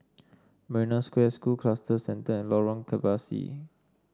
Marina Square School Cluster Centre and Lorong Kebasi